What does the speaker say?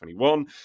2021